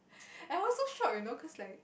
I was so shocked you know cause like